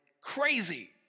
crazy